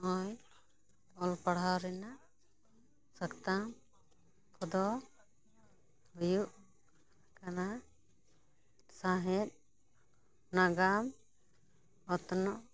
ᱱᱚᱜ ᱚᱭ ᱚᱞ ᱯᱟᱲᱦᱟᱣ ᱨᱮᱱᱟᱜ ᱥᱟᱛᱟᱢ ᱠᱚᱫᱚ ᱦᱩᱭᱩᱜ ᱠᱟᱱᱟ ᱥᱟᱶᱦᱮᱫ ᱱᱟᱜᱟᱢ ᱚᱛᱱᱚᱜ